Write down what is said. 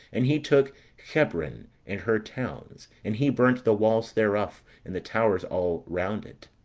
and he took chebron and her towns and he burnt the walls thereof, and the towers all round it.